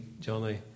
Johnny